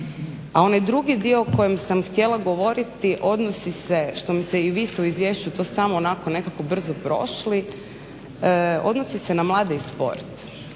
A onaj drugi dio o kojem sam htjela govoriti odnosi se, što mi se i vi ste samo u izvješću to samo onako nekako to brzo prošli, odnosi se na mlade i sport.